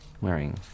wearing